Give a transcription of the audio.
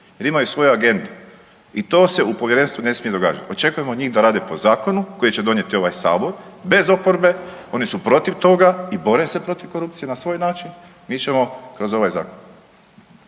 jer imaju svoje agende i to se u povjerenstvu ne smije događat. Očekujemo od njih da rade po zakonu koji će donijeti ovaj sabor, bez oporbe oni su protiv toga i bore se protiv korupcije na svoj način, mi ćemo kroz ovaj zakon.